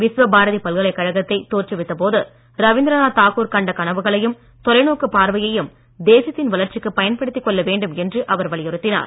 விஸ்வபாரதி பல்கலைக்கழகத்தை தோற்றுவித்த போது ரவீந்திரநாத் தாகூர் கண்ட கனவுகளையும் தொலைநோக்குப் பார்வையையும் தேசத்தின் வளர்ச்சிக்குப் பயன்படுத்திக் கொள்ள வேண்டும் என்றும் அவர் வலியுறுத்தினார்